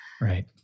Right